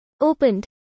Opened